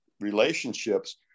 relationships